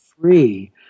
free